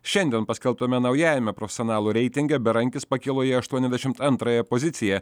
šiandien paskelbtame naujajame profesionalų reitinge berankis pakilo į aštuoniasdešimt antrąją poziciją